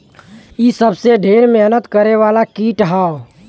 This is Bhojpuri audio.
इ सबसे ढेर मेहनत करे वाला कीट हौ